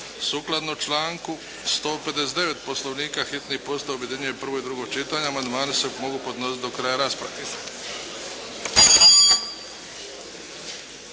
Sukladno članku 159. Poslovnika hitni postupak objedinjuje prvo i drugo čitanje. Amandmani se mogu podnositi do kraja rasprave.